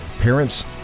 parents